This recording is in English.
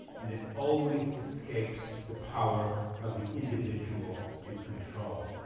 and it always escapes the power of the individual to control.